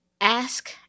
ask